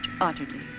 Utterly